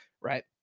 Right